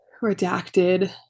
redacted